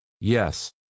Yes